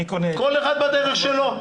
כל אחד בדרך שלו.